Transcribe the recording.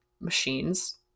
machines